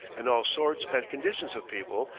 and all sorts and conditions of people,